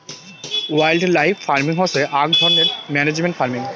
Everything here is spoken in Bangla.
ওয়াইল্ডলাইফ ফার্মিং হসে আক ধরণের ম্যানেজড ফার্মিং